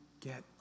get